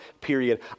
period